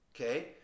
okay